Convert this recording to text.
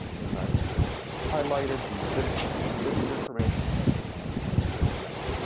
and i've highlighted the bits the bits of information in in yellow.